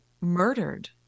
murdered